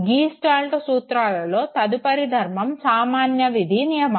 gestalt సూత్రాలలో తదుపరి ధర్మం సామాన్య విధి నియమం